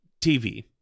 TV